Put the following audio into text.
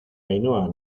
ainhoa